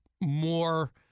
more